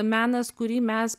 menas kurį mes